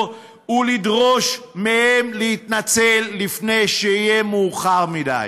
ולדרוש מהם להתנצל לפני שיהיה מאוחר מדי.